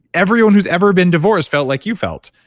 everyone who's ever been divorced felt like you felt,